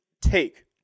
take